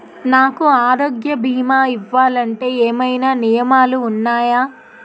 నాకు ఆరోగ్య భీమా ఇవ్వాలంటే ఏమైనా నియమాలు వున్నాయా?